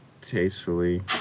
tastefully